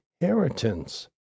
inheritance